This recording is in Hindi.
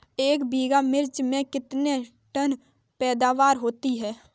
एक बीघा मिर्च में कितने टन पैदावार होती है?